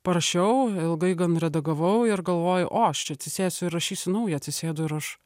parašiau ilgai gan redagavau ir galvoju o aš čia atsisėsiu ir rašysiu naują atsisėdu ir aš